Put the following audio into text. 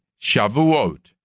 Shavuot